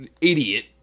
idiot